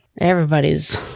everybody's